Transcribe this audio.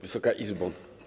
Wysoka Izbo!